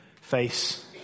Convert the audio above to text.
face